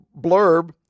blurb